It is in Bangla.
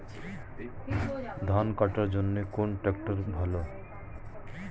ধান কাটার জন্য কোন ট্রাক্টর ভালো?